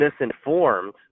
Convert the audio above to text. misinformed